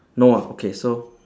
no ah okay so